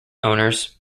owners